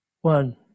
one